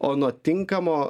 o nuo tinkamo